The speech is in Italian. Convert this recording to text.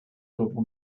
dopo